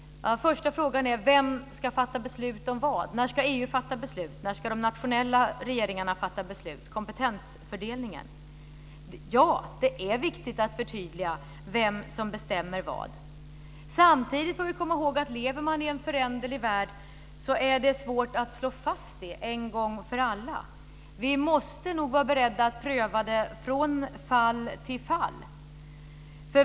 Första frågan är: Vem ska fatta beslut om vad? När ska EU fatta beslut? När ska de nationella regeringarna fatta beslut? Det gäller kompetensfördelningen. Det är viktigt att förtydliga vem som bestämmer vad. Samtidigt får vi komma ihåg att om man lever i en föränderlig värld så är det svårt att slå fast det en gång för alla. Vi måste nog vara beredda att pröva det från fall till fall.